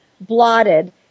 blotted